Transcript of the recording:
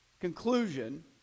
conclusion